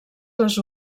les